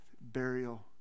burial